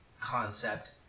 concept